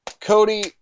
Cody